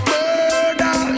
Murder